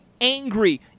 angry